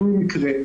תלוי מקרה,